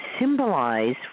symbolize